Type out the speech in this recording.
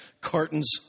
cartons